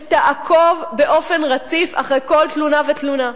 שתעקוב באופן רציף אחרי כל תלונה ותלונה,